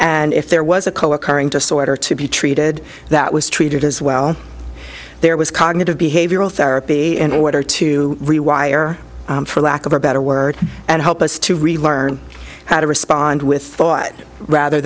and if there was a co occurring disorders to be treated that was treated as well there was cognitive behavioral therapy in order to rewire for lack of a better word and help us to really learn how to respond with thought rather